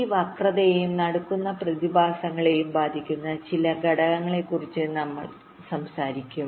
ഈ സ്കയുവിനേയും ജിറ്ററിനെയും പോലുള്ള പ്രതിഭാസങ്ങളെ ബാധിക്കുന്ന ചില ഘടകങ്ങളെക്കുറിച്ച് നമ്മൾ സംസാരിക്കും